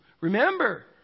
Remember